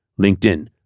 LinkedIn